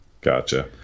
gotcha